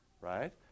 right